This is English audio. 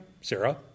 Sarah